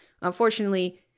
Unfortunately